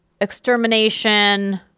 extermination